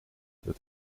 dat